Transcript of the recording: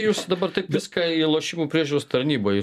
jūs dabar taip viską į lošimų priežiūros tarnybai